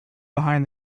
behind